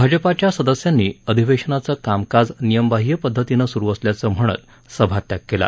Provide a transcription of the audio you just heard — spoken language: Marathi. भाजपाच्या सदस्यांनी अधिवेशनाचं कामकाज नियमबाद्य पद्धतीनं सुरु असल्याचं म्हणत सभात्याग केला